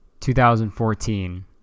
2014